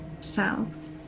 south